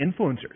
influencers